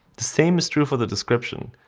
the same is true for the description.